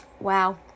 Wow